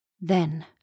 Then